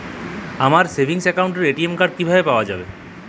আমার সেভিংস অ্যাকাউন্টের ATM card কিভাবে পাওয়া যাবে?